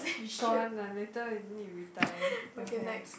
gone lah later you need to re dye your hair